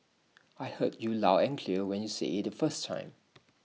I heard you loud and clear when you said IT the first time